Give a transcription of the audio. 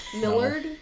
Millard